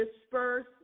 disperse